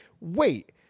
Wait